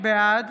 בעד